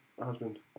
husband